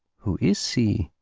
who is he?